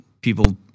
People